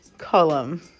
column